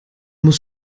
muss